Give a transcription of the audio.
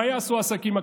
מה יעשו העסקים הקטנים?